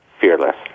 fearless